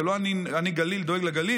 זה לא אני גליל ואני דואג לגליל,